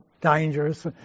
dangerous